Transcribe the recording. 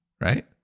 right